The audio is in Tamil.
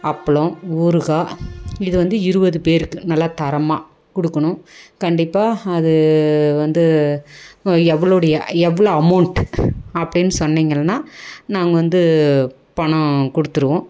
அப்பளம் ஊறுகாய் இது வந்து இருபது பேருக்கு நல்லா தரமாக கொடுக்கணும் கண்டிப்பாக அது வந்து எவ்வளோடைய எவ்வளோ அமௌண்ட்டு அப்படினு சொன்னீங்கள்னா நாங்கள் வந்து பணம் கொடுத்துருவோம்